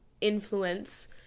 influence